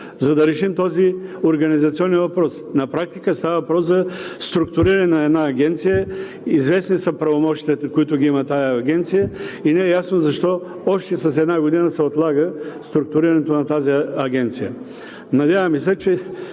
за да решим този организационен въпрос. На практика става въпрос за структуриране на една агенция. Известни са правомощията, които има тази агенция, и не е ясно защо още с една година се отлага структурирането ѝ. Да се надяваме, че